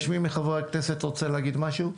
יש מי מחברי הכנסת שרוצה להגיד משהו?